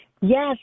Yes